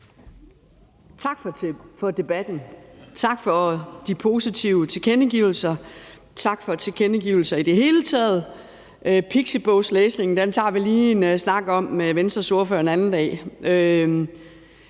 Tak for debatten. Tak for de positive tilkendegivelser. Tak for tilkendegivelser i det hele taget. Pixibogslæsningen tager vi lige en snak om med Venstres ordfører en anden dag.